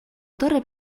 torre